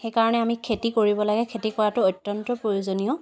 সেইকাৰণে আমি খেতি কৰিব লাগে খেতি কৰাটো অত্যন্ত প্ৰয়োজনীয়